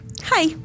Hi